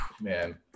Man